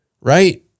right